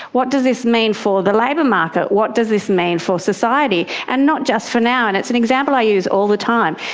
what does this mean for the labour market, what does this mean for society, and not just for now. and it's an example i use all the time.